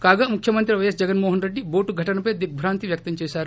కాగా ముఖ్యమంత్రి పై ఎస్ జగన్మోహన్ రెడ్డి టోటు ఘటనపై దిగ్బాంతి వ్యక్తం చేసారు